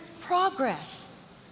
progress